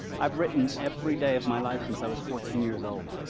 i've written everyday of my life since i was fourteen years old.